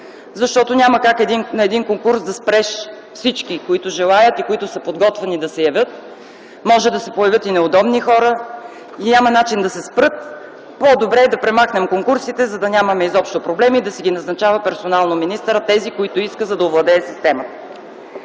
защото няма как на един конкурс да спреш всички, които желаят и които са подготвени да се явят. Може да се появят и неудобни хора. Няма начин да се спрат. По-добре да премахнем конкурсите, за да нямаме изобщо проблеми и да си назначава министърът персонално тези, които иска, за да овладее системата.